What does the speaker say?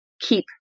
keep